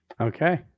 Okay